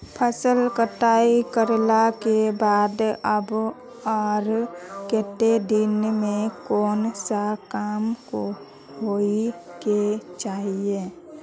फसल कटाई करला के बाद कब आर केते दिन में कोन सा काम होय के चाहिए?